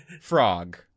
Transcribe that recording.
frog